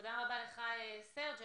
תודה רבה לך, סרג'.